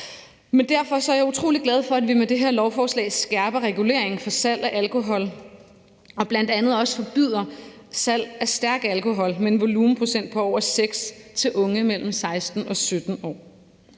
Derfor er jeg utrolig glad for, at vi med det her lovforslag skærper reguleringen for salg af alkohol og bl.a. også forbyder salg af stærk alkohol med en volumenprocent på over 6 til unge mellem 16 og 17 år.